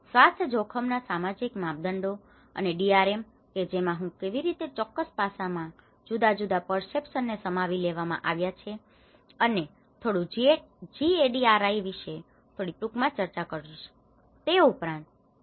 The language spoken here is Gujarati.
સ્વાસ્થ્ય જોખમ ના સામાજિક માપદંડો અને ડીઆરએમ કે જેમાં હું કેવી રીતે આ ચોક્કસ પાસામાં જુદા જુદા પર્સેપ્શન ને સમાવી લેવામાં આવ્યા છે અને થોડું જીએડીઆરઆઈ વિશે થોડી ટૂંકમાં ચર્ચા કરીશ તે ઉપરાંત ડો